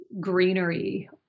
greenery